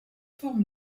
forme